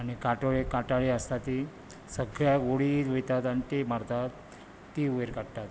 आनी काटोळेक काटाळी आस्ता ती सगळ्यांक वोडीत वयतात आनी ती मारतात ती वयर काडटात